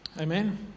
Amen